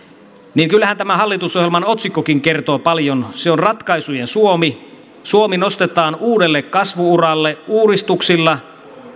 niin kyllähän tämä hallitusohjelman otsikkokin kertoo paljon se on ratkaisujen suomi suomi nostetaan uudelle kasvu uralle uudistuksilla